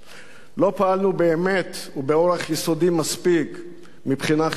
לא פעלנו באמת ובאורח יסודי מספיק מבחינה חינוכית,